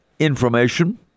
information